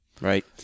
Right